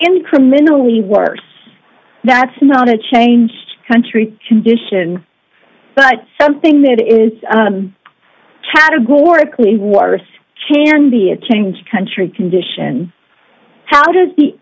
incrementally worse that's not a change country condition but something that is categorically worse can be a change country condition how does the